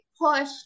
push